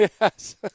Yes